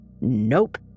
nope